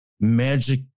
magic